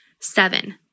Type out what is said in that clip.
Seven